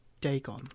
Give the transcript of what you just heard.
Dagon